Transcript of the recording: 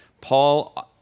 Paul